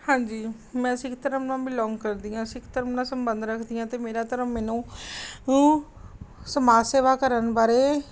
ਹਾਂਜੀ ਮੈਂ ਸਿੱਖ ਧਰਮ ਨੂੰ ਬਿਲੋਂਗ ਕਰਦੀ ਹਾਂ ਸਿੱਖ ਧਰਮ ਨਾਲ ਸੰਬੰਧ ਰੱਖਦੀ ਹਾਂ ਅਤੇ ਮੇਰਾ ਧਰਮ ਮੈਨੂੰ ਨੂੰ ਸਮਾਜ ਸੇਵਾ ਕਰਨ ਬਾਰੇ